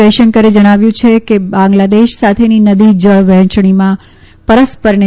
જયશંકરે જણાવ્યું છે કે બાંગ્લાદેશ સાથેની નદી જળ વહેંચણીમાં પરસ્પરને